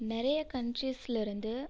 நிறைய கண்ட்ரீஸ்லேருந்து